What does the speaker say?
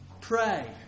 pray